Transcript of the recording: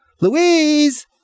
Louise